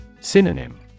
Synonym